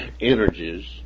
energies